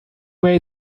made